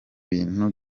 bintu